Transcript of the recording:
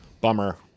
Bummer